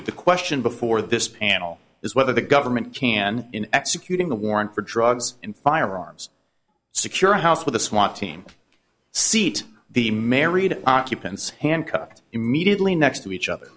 the question before this panel is whether the government can in executing the warrant for drugs and firearms secure house with a swat team seat the married occupants handcuffed immediately next to each other